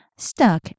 Stuck